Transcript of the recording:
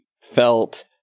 felt